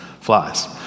flies